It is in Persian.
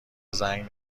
زنگ